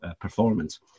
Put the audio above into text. performance